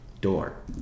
Door